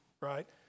right